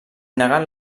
negat